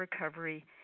recovery